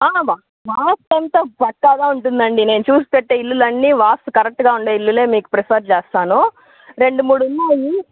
వాస్తంత పక్కాగా ఉంటుందండి నేను చూసి పెట్టే ఇల్లులన్నీ వాస్తు కరెక్టుగా ఉండే ఇల్లులే మీకు ప్రిఫర్ చేస్తాను రెండు మూడు ఉన్నాయి